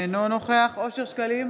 אינו נוכח אושר שקלים,